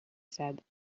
said